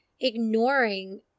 ignoring